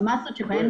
כעת,